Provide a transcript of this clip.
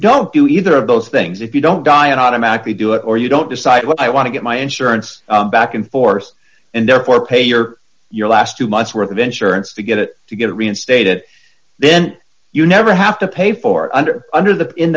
don't do either of those things if you don't die and automatically do it or you don't decide what i want to get my insurance back in force and therefore pay your your last two months worth of insurance to get it to get reinstated then you never have to pay for under under the in